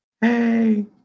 Hey